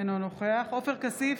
אינו נוכח עופר כסיף,